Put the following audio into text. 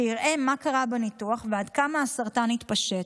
שיראה מה קרה בניתוח ועד כמה הסרטן התפשט.